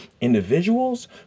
individuals